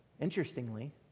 interestingly